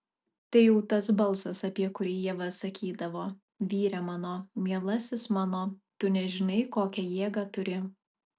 tai jau tas balsas apie kurį ieva sakydavo vyre mano mielasis mano tu nežinai kokią jėgą turi